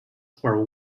were